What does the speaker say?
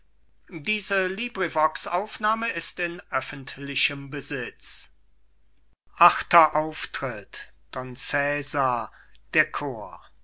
achter auftritt don cesar der chor